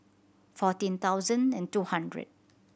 fourteen thousand and two hundred